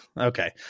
Okay